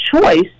choice